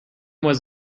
was